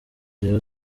rayon